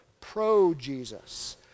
pro-Jesus